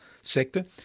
sector